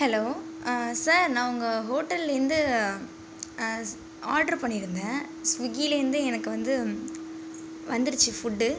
hello sir நான் உங்கள் ஹோட்டலிலேருந்து ஆர்டர் பண்ணியிருந்தேன் ஸ்விகிலேருந்து எனக்கு வந்து வந்துருச்சு ஃபுட்டு